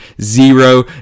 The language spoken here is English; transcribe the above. zero